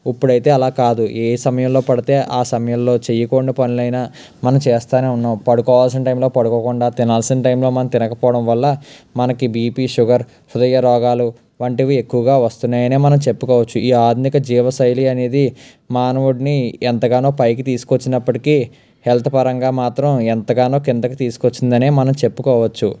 ఇప్పుడైతే అలా కాదు ఏ సమయంలో పడితే ఆ సమయంలో చేయకూడని పనులైన మనం చేస్తానే ఉన్నాం పడుకోవాల్సిన టైంలో పడుకోకుండా తినాల్సిన టైంలో మనం తినకపోవడం వల్ల మనకి బీపీ షుగర్ హృదయ రోగాలు వంటివి ఎక్కువగా వస్తున్నాయని మనం చెప్పుకోవచ్చు ఈ ఆధునిక జీవ శైలి అనేది మానవుడిని ఎంతగానో పైకి తీసుకొచ్చినప్పటికీ హెల్త్ పరంగా మాత్రం ఎంతగానో కిందకి తీసుకొచ్చిందని మనం చెప్పుకోవచ్చు